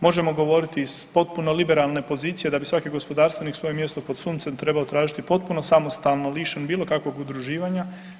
Možemo govoriti iz potpuno liberalne pozicije da bi svaki gospodarstvenik svoje mjesto pod suncem trebao tražiti potpuno samostalno liše bilo kakvog udruživanja.